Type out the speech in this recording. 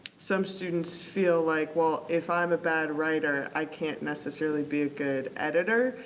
some students feel like, well if i'm a bad writer, i can't necessarily be a good editor.